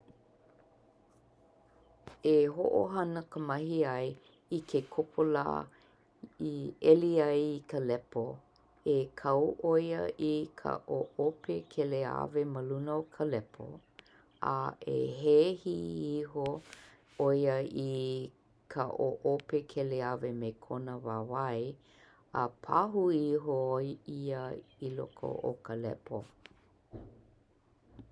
E hoʻohana ka mahiʻai i ke kopolā i ʻeli ai a i ka lepo E kau ʻo ia i ka ʻoʻopē keleawe ma luna o ka lepo A e hehi iho ʻo ia i ka oʻopē keleawe me kona wāwae a pahu ihola ia i loko o ka lepo